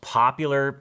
popular